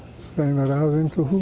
saying i was in